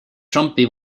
trumpi